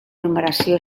numeració